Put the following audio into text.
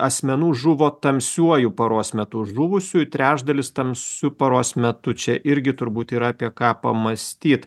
asmenų žuvo tamsiuoju paros metu žuvusiųjų trečdalis tamsiu paros metu čia irgi turbūt yra apie ką pamąstyt